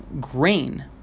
grain